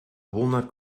walnut